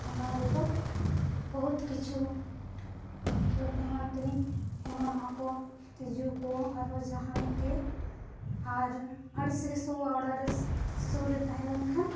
ᱚᱱᱟ ᱨᱮᱫᱚ ᱵᱚᱦᱩᱛ ᱠᱤᱪᱷᱩ ᱢᱚᱛᱞᱚᱵᱽ ᱮᱢᱟᱱ ᱛᱮᱱᱤᱡ ᱚᱢᱚᱱᱚᱜᱼᱟᱠᱚ ᱛᱤᱡᱩᱠᱚ ᱟᱨᱚ ᱡᱟᱦᱟᱱᱤᱡᱜᱮ ᱟᱨ ᱟᱹᱲᱤᱥᱜᱮ ᱥᱚᱣᱟ ᱚᱲᱟᱜᱨᱮ ᱥᱩᱨᱼᱨᱮ ᱛᱟᱦᱮᱸ ᱞᱮᱱᱠᱷᱟᱱ